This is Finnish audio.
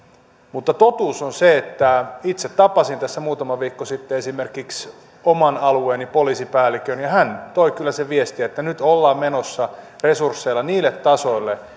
mutta totuus on se että itse tapasin tässä muutama viikko sitten esimerkiksi oman alueeni poliisipäällikön ja hän toi kyllä sen viestin että nyt ollaan menossa resursseissa niille tasoille